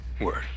word